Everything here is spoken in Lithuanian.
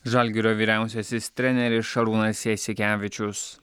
žalgirio vyriausiasis treneris šarūnas jasikevičius